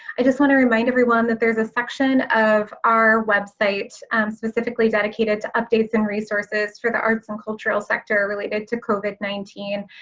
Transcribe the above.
i just want to remind everyone that there's a section of our website specifically dedicated to updates and resources for the arts and cultural sector related to covid nineteen,